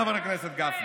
חבר הכנסת גפני.